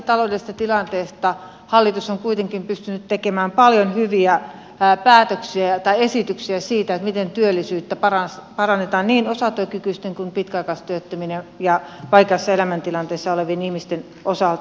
vaikeassa taloudellisessa tilanteessa hallitus on kuitenkin pystynyt tekemään paljon hyviä esityksiä siitä miten työllisyyttä parannetaan niin osatyökykyisten kuin pitkäaikaistyöttömien ja vaikeassa elämäntilanteissa olevien ihmisten osalta